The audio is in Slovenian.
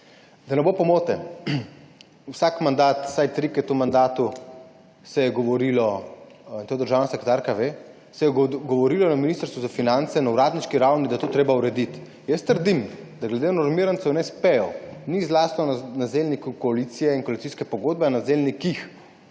Da ne bo pomote, vsak mandat, vsaj trikrat v mandatu se je govorilo, in to državna sekretarka ve, se je govorilo na Ministrstvu za finance na uradniški ravni, da je to treba urediti. Jaz trdim, da glede normirancev in espejev ni zraslo na zelniku koalicije in koalicijske pogodbe, na zelnikih